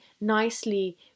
nicely